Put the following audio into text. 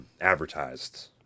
advertised